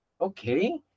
okay